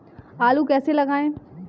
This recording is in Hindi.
आलू कैसे लगाएँ?